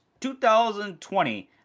2020